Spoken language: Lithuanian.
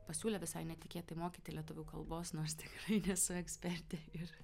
pasiūlė visai netikėtai mokyti lietuvių kalbos nors tikrai nesu ekspertė ir